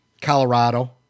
Colorado